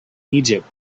egypt